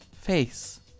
face